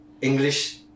English